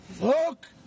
Look